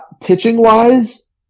pitching-wise